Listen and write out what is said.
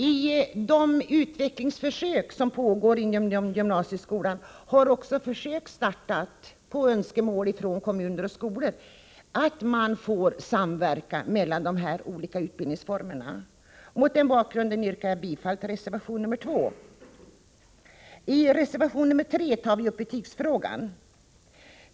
I de utvecklingsförsök som pågår inom gymnasieskolan har också försök startat, på önskemål från kommuner och skolor, att de olika utbildningsformerna får samverka. Mot den bakgrunden yrkar jag bifall till reservation 2. I reservation 3 tar vi upp betygsfrågan.